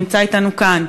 שנמצא אתנו כאן,